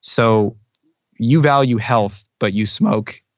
so you value health but you smoke.